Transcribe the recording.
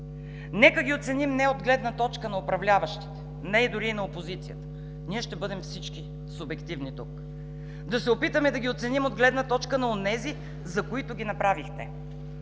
Нека ги оценим не от гледна точка на управляващите, не дори и на опозицията – ние всички ще бъдем субективни тук, да се опитаме да ги оценим от гледна точка на онези, за които ги направихте.